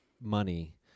money